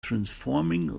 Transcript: transforming